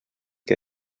que